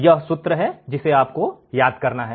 यह वह सूत्र है जिसे आपको याद रखना है